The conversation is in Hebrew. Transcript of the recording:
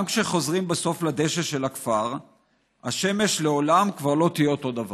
/ גם כשחוזרים בסוף לדשא של הכפר / השמש לעולם כבר לא תהיה אותו דבר."